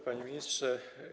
Panie Ministrze!